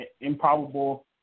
improbable